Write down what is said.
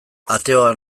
ateoa